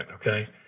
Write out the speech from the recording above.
okay